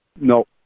No